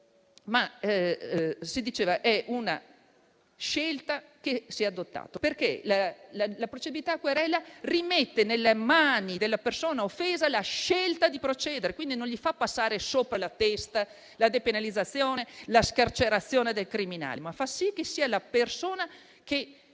parlando di una scelta che è stata adottata, perché la procedibilità a querela rimette nelle mani della persona offesa la scelta di procedere, quindi non gli fa passare sopra la testa la depenalizzazione o la scarcerazione del criminale, ma fa sì che sia la persona a